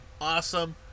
awesome